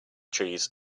trees